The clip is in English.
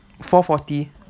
four forty